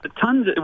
tons